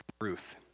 Ruth